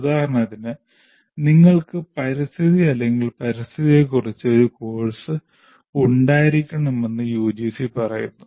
ഉദാഹരണത്തിന് നിങ്ങൾക്ക് പരിസ്ഥിതി അല്ലെങ്കിൽ പരിസ്ഥിതിയെക്കുറിച്ച് ഒരു കോഴ്സ് ഉണ്ടായിരിക്കണമെന്ന് യുജിസി പറയുന്നു